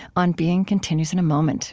on being continues in a moment